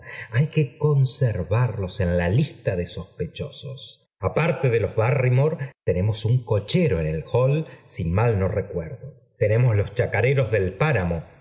hay que con servarlos en la lista de sospechosos aparte de los ban ymore tenemos un cochero en el hall si mal no recuerdo tenemos iob chacareros del páramo